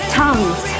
tongues